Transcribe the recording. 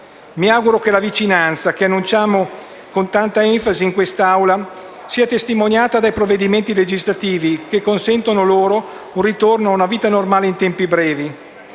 Mi auguro che la vicinanza che annunciamo con tanta enfasi in questa Aula sia testimoniata da provvedimenti legislativi che consentano loro un ritorno ad una vita normale in tempi brevi.